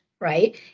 Right